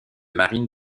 marine